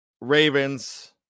Ravens